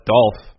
Dolph